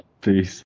Peace